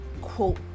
quote